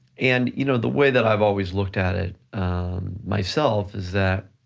and you know the way that i've always looked at it myself is that,